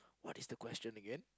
what is the question again